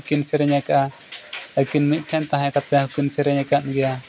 ᱠᱤᱱ ᱥᱮᱨᱮᱧ ᱟᱠᱟᱜᱼᱟ ᱟᱹᱠᱤᱱ ᱢᱤᱫ ᱴᱷᱮᱱ ᱛᱟᱦᱮᱸ ᱠᱟᱛᱮᱫ ᱦᱚᱸᱠᱤᱱ ᱥᱮᱨᱮᱧ ᱟᱠᱟᱫ ᱜᱮᱭᱟ